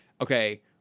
okay